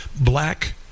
black